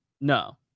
no